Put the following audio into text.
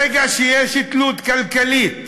ברגע שיש תלות כלכלית